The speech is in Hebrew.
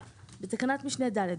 בתקנת משנה (ד),